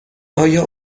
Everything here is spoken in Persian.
آیا